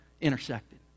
intersected